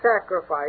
sacrifice